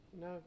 No